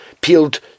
peeled